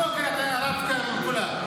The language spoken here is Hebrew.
מהבוקר אתה רבת עם כולם.